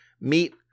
meet